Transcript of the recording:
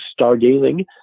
stargazing